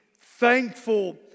thankful